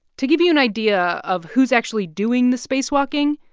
to give you an idea of who's actually doing the spacewalking,